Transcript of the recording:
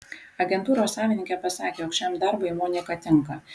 agentūros savininkė pasakė jog šiam darbui monika tinka